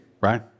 right